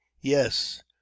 yes